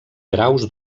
graus